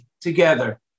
together